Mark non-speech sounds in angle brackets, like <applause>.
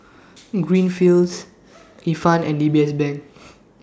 <noise> Greenfields Ifan and D B S Bank